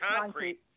concrete